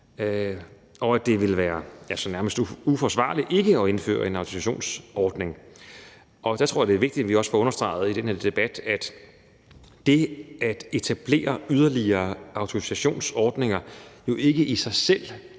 nærmest vil være uforsvarligt ikke at indføre en autorisationsordning, og der tror jeg jo også, det er vigtigt, at vi får understreget i den her debat, at det at etablere yderligere autorisationsordninger ikke i sig selv